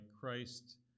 Christ